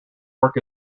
work